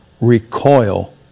recoil